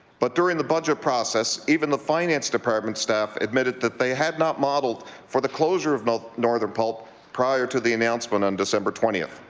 but during the budget process, even the finance department staff admitted that they had not modelled for the closure of northern pulp prior to the announcement on december twentieth.